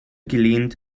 gelehnt